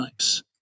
nice